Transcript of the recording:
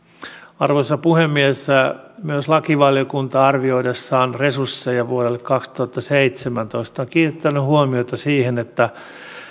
arvoisa puhemies myös lakivaliokunta arvioidessaan resursseja vuodelle kaksituhattaseitsemäntoista on kiinnittänyt huomiota siihen että